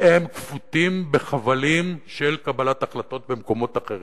והם כפותים בחבלים של קבלת החלטות במקומות אחרים.